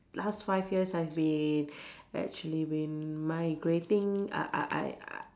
last five years I've been actually been migrating uh uh I uh